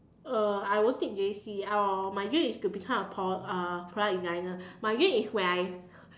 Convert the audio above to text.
uh I won't take J_C uh my dream is to become a pro~ uh product designer my dream is when I